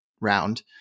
round